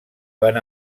van